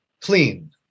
Clean